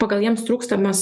pagal jiems trūkstamas